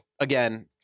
again